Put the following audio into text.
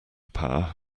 power